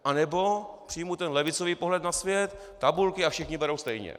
Anebo přijmu ten levicový pohled na svět: tabulky a všichni berou stejně.